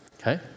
Okay